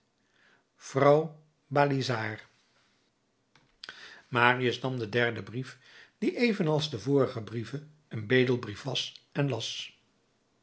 vrouw balizard marius nam den derden brief die evenals de vorigen een bedelbrief was en las